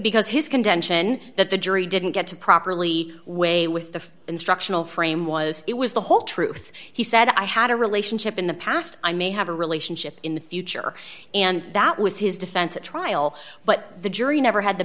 because his contention that the jury didn't get to properly way with the instructional frame was it was the whole truth he said i had a relationship in the past i may have a relationship in the future and that was his defense at trial but the jury never had the